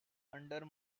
under